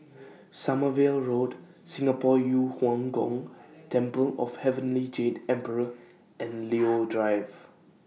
Sommerville Road Singapore Yu Huang Gong Temple of Heavenly Jade Emperor and Leo Drive